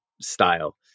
style